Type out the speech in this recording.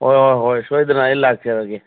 ꯍꯣꯏ ꯍꯣꯏ ꯍꯣꯏ ꯁꯣꯏꯗꯅ ꯑꯩ ꯂꯥꯛꯆꯔꯒꯦ